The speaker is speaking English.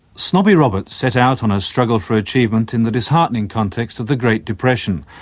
snobby roberts set out on her struggle for achievement in the disheartening context of the great depression.